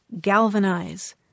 galvanize